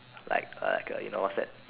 like a like you know what's that